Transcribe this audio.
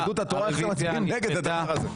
יהדות התורה, איך אתם מצביעים נגד הדבר הזה?